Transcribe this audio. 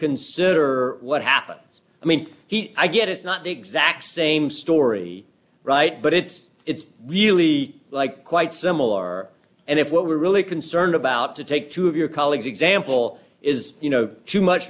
consider what happens i mean he i get it's not the exact same story right but it's it's really like quite similar and if what we're really concerned about to take two of your colleagues example is you know too much